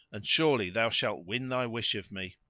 and surely thou shalt win thy wish of me.